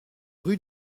rue